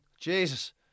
Jesus